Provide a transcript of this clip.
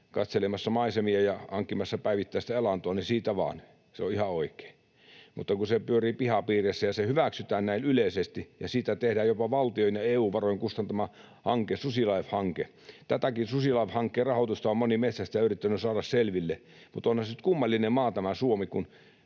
katselemassa maisemia ja hankkimassa päivittäistä elantoa, niin siitä vaan, se on ihan oikein. Mutta kun se pyörii pihapiireissä ja se hyväksytään näin yleisesti ja siitä tehdään jopa valtion ja EU:n varoin kustannettu hanke, SusiLIFE-hanke... Tätäkin SusiLIFE-hankkeen rahoitusta on moni metsästäjä yrittänyt saada selville. Mutta onhan se nyt kummallinen maa, tämä Suomi, kun